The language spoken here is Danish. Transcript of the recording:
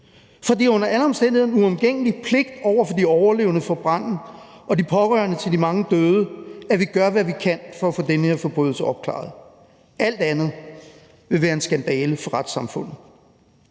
for det er under alle omstændigheder en uomgængelig pligt over for de overlevende fra branden og de pårørende til de mange døde, at vi gør, hvad vi kan for at få den her forbrydelse opklaret. Alt andet vil være en skandale for retssamfundet.